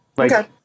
Okay